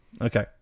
Okay